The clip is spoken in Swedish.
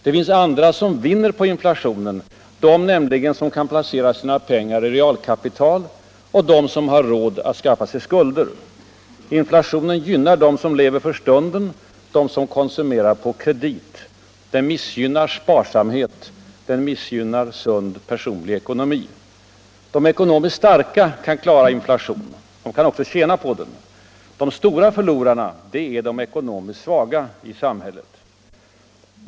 Det finns andra som vinner på inflationen — de som kan placera sina pengar i realkapital och de som har råd att skaffa sig skulder. Inflationen gynnar dem som lever för stunden, dem som konsumerar på kredit. Den missgynnar sparsamhet. Den missgynnar sund personlig ekonomi. De ekonomiskt starka kan klara inflationen och de kan också tjäna på den. De stora förlorarna är de ekonomiskt svaga i samhället.